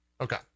okay